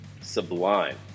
sublime